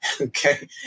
Okay